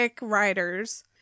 riders-